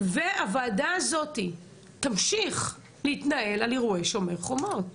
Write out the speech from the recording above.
והוועדה הזאת תמשיך להתנהל על אירועי שומר חומות.